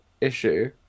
issue